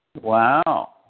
Wow